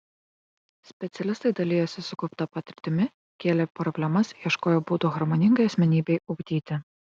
specialistai dalijosi sukaupta patirtimi kėlė problemas ieškojo būdų harmoningai asmenybei ugdyti